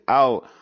out